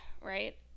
right